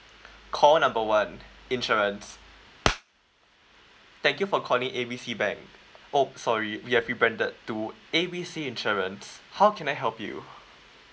call number one insurance thank you for calling A B C bank !oops! sorry we have rebranded to A B C insurance how can I help you